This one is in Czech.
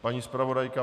Paní zpravodajka.